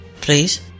Please